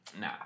Nah